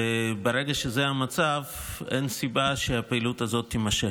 וברגע שזה המצב אין סיבה שהפעילות הזאת תימשך.